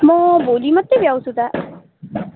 म भोलि मात्रै भ्याउँछु त